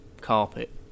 carpet